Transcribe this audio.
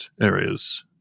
areas